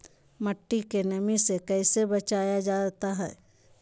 मट्टी के नमी से कैसे बचाया जाता हैं?